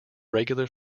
regular